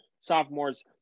sophomores